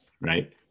right